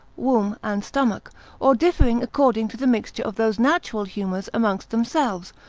womb, and stomach or differing according to the mixture of those natural humours amongst themselves,